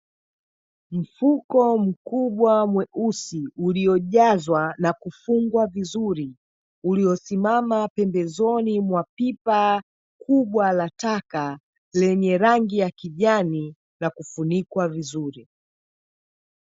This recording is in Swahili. Mfuko mkubwa mweusi, uliojazwa na kufungwa vizuri, uliosimama pembezoni mwa pipa kubwa la taka, lenye rangi ya kijani na kufunikwa vizuri.